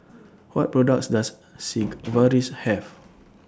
What products Does Sigvaris Have